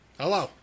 Hello